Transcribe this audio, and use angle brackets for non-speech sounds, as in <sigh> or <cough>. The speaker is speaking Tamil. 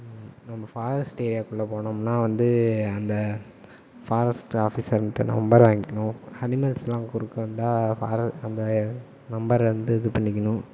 நம்ம ஃபாரஸ்ட் ஏரியாக்குள்ள போகனோம்னா வந்து அந்த ஃபாரஸ்ட் ஆஃபீஸர்கிட்டே நம்பர் வாங்கிக்கணும் அனிமல்ஸ்லாம் குறுக்க வந்தால் <unintelligible> அந்த நம்பர் வந்து இது பண்ணிக்கணும்